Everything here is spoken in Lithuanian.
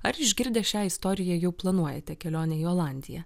ar išgirdę šią istoriją jau planuojate kelionę į olandiją